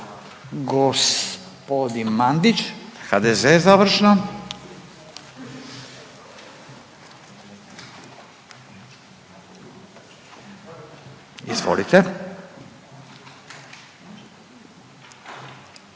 Gospodin Mandić HDZ završno. Izvolite.